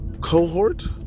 cohort